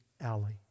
Alley